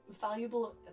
valuable